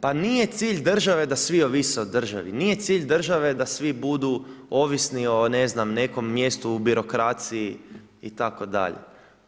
Pa nije cilj države da svi ovise o državi, nije cilj države da svi budu ovisni o nekom mjestu u birokraciji, itd.,